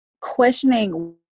questioning